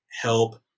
help